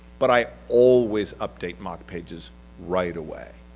but i always update mocpages right away.